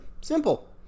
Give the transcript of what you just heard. simple